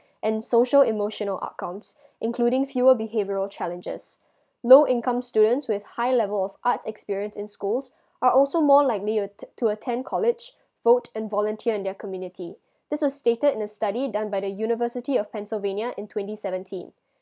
and social emotional outcomes including fewer behavioral challenges low income students with high level of arts experience in schools are also more likely t~ to attend college vote and volunteer in their community this was stated in a study done by the university of pennsylvania in twenty seventeen